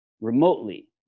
remotely